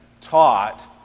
taught